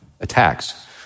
attacks